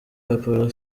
apollo